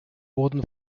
wurden